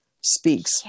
speaks